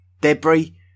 Debris